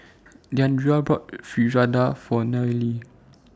Deandra bought Fritada For Nelie